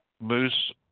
Moose